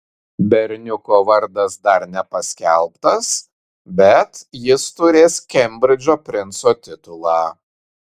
berniuko vardas dar nepaskelbtas bet jis turės kembridžo princo titulą